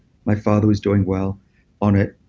my father is doing well on it.